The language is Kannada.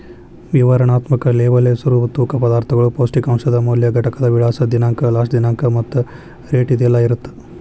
ವಿವರಣಾತ್ಮಕ ಲೇಬಲ್ ಹೆಸರು ತೂಕ ಪದಾರ್ಥಗಳು ಪೌಷ್ಟಿಕಾಂಶದ ಮೌಲ್ಯ ಘಟಕದ ವಿಳಾಸ ದಿನಾಂಕ ಲಾಸ್ಟ ದಿನಾಂಕ ಮತ್ತ ರೇಟ್ ಇದೆಲ್ಲಾ ಇರತ್ತ